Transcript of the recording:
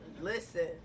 listen